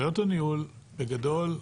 עלויות הניהול בגדול,